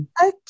okay